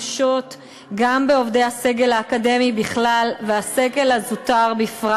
אנושות גם בעובדי הסגל האקדמי בכלל ובסגל הזוטר בפרט.